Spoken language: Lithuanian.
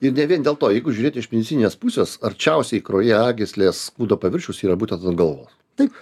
ir ne vien dėl to jeigu žiūrėt iš medicininės pusės arčiausiai kraujagyslės kūno paviršiaus yra būtent ant galvos taip